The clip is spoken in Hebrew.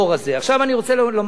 עכשיו אני רוצה לומר לכם,